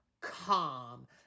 calm